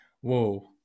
whoa